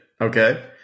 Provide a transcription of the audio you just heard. okay